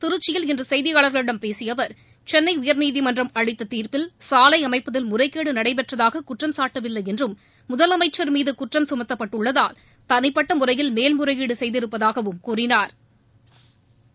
திருச்சியில் இன்று செய்தியாளர்களிடம் பேசிய அவர் சென்னை உயர்நீதிமன்றம் அளித்த தீர்ப்பில் சாலை அமைப்பதில் முறைகேடு நடைபெற்றதாக குற்றம்சாட்டவில்லை என்றும் முதலமைச்ச் மீது குற்றம் சுமத்தப்பட்டுள்ளதால் தனிப்பட்ட முறையில் மேல்முறையீடு செய்திருப்பதாகக் கூறினாா்